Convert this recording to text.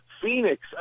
Phoenix